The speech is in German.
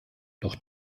doch